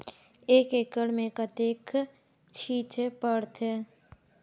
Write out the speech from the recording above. एक एकड़ मे कतेक छीचे पड़थे?